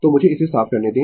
तो मुझे इसे साफ करने दें